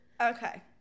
Okay